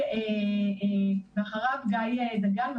ואחריו גיא דגן,